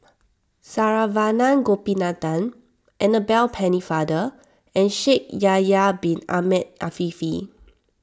Saravanan Gopinathan Annabel Pennefather and Shaikh Yahya Bin Ahmed Afifi